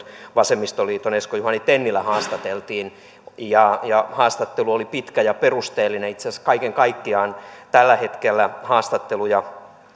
vasemmistoliiton esko juhani tennilä haastateltiin haastattelu oli pitkä ja perusteellinen itse asiassa kaiken kaikkiaan tällä hetkellä haastatteluja on